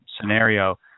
scenario